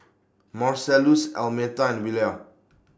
Marcellus Almeta and Willia